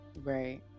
right